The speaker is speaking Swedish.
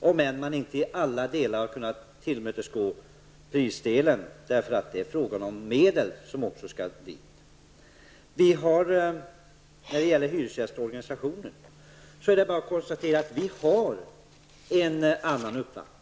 Man har kanske inte i alla delar kunnat tillmötesgå prisdelen, eftersom det är fråga om medel som också skall dit. När det gäller hyresgästorganisationen är det bara att konstatera att vi har en annan uppfattning.